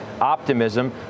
optimism